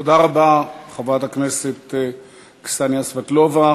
תודה רבה, חברת הכנסת קסניה סבטלובה.